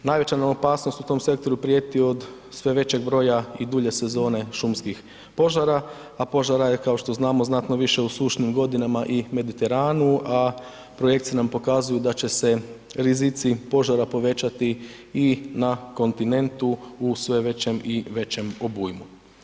Najveća nam opasnost u tom sektoru prijeti od sve većeg broja i dulje sezone šumskih požara, a požara je kao što znamo znatno više u sušnim godinama i Mediteranu, a projekcije nam pokazuju da će se rizici požara povećati i na kontinentu u sve većem i većem obujmu.